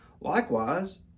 likewise